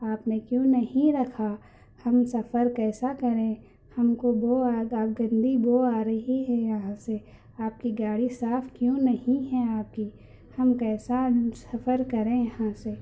آپ نے کیوں نہیں رکھا ہم سفر کیسا کریں ہم کو بو آئے گا گندی بو آ رہی ہے یہاں سے آپ کی گاڑی صاف کیوں نہیں ہے آپ کی ہم کیسا سفر کریں یہاں سے